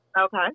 okay